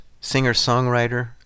singer-songwriter